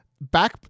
Back